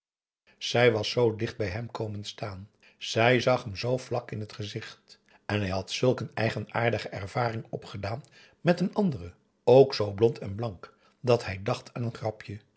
zij was zoo dicht bij hem komen staan zij zag hem zoo vlak in het gezicht en hij had zulk een eigenaardige ervaring opgedaan met een andere ook zoo blond en blank dat hij dacht aan een grapje